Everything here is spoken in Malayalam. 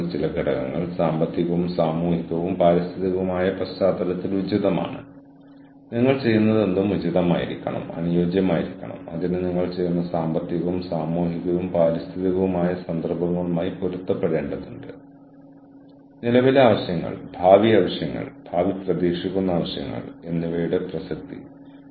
വ്യക്തികൾ കഴിവുകൾ വികസിപ്പിക്കുന്നു അവർ പുറത്തേക്ക് പോകുന്നു അവർക്ക് ജോലി ലഭിക്കുന്നു പ്രകടന മാനേജ്മെന്റും റിവാർഡ് സംവിധാനങ്ങളും സാംസ്കാരികവും തന്ത്രപരവുമായ ലക്ഷ്യങ്ങളുമായി ബന്ധപ്പെട്ടിരിക്കുന്നു അത് ഓർഗനൈസേഷനോടുള്ള പ്രതിബദ്ധത ശക്തിപ്പെടുത്തുന്നു